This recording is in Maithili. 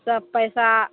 सब पैसा